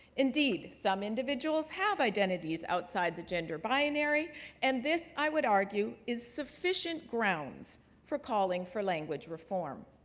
indeed, some individuals have identities outside the gender binary and this, i would argue, is sufficient grounds for calling for language reform.